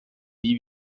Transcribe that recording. nie